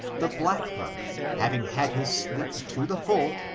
the black brother, having had his sleep to the full,